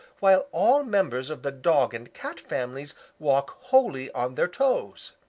while all members of the dog and cat families walk wholly on their toes.